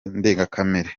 ndengakamere